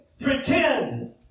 pretend